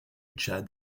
tchad